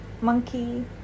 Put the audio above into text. Monkey